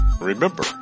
remember